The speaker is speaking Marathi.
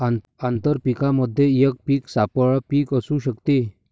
आंतर पीकामध्ये एक पीक सापळा पीक असू शकते